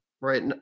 right